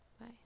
Bye